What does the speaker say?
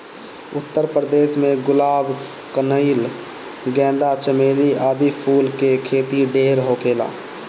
उत्तर प्रदेश में गुलाब, कनइल, गेंदा, चमेली आदि फूल के खेती ढेर होखेला